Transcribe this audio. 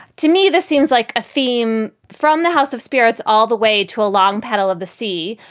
to me, this seems like a theme from the house of spirits all the way to a long paddle of the sea,